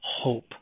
hope